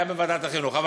שהיה בוועדת החינוך.